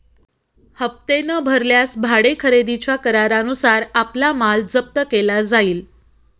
हप्ते न भरल्यास भाडे खरेदीच्या करारानुसार आपला माल जप्त केला जाईल